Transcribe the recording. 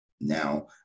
Now